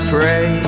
pray